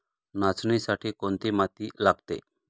नाचणीसाठी कोणती माती लागते?